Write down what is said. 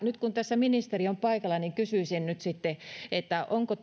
nyt kun tässä ministeri on paikalla niin kysyisin onko